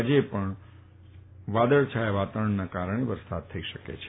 આજે પણ વાદળછાયા વાતાવરણના કારણે વરસાદ થઈ શકે છે